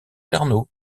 carnot